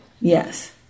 Yes